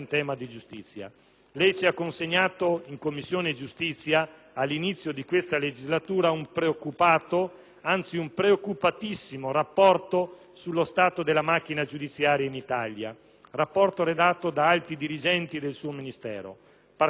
lei ci ha consegnato in Commissione giustizia un preoccupato, anzi preoccupatissimo rapporto sullo stato della macchina giudiziaria in Italia, rapporto redatto da alti dirigenti del suo Ministero. Partiamo allora da lì.